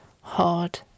hard